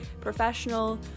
professional